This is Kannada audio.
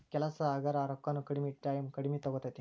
ಕೆಲಸಾ ಹಗರ ರೊಕ್ಕಾನು ಕಡಮಿ ಟಾಯಮು ಕಡಮಿ ತುಗೊತತಿ